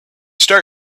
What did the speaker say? start